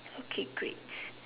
okay great